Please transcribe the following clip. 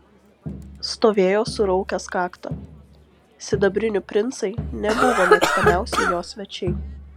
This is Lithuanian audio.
stovėjo suraukęs kaktą sidabrinių princai nebuvo mėgstamiausi jo svečiai